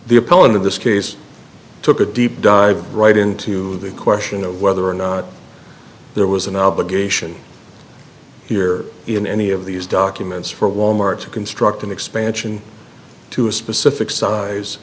the opponent in this case took a deep dive right into the question of whether or not there was an obligation here in any of these documents for wal mart to construct an expansion to a specific